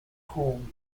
home